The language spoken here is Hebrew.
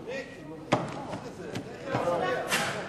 חוק התגמולים לנפגעי פעולות איבה (תיקון מס' 28),